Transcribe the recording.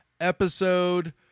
episode